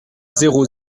zéro